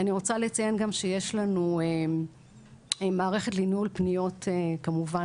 אני רוצה לציין גם שיש לנו מערכת לניהול פניות כמובן